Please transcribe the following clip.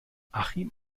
achim